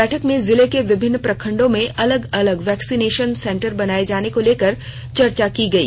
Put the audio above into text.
बैठक में जिले के विभिन्न प्रखंडों में अलग अलग वैक्सीनेशन सेंटर बनाए जाने को लेकर चर्चा की गई